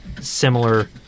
similar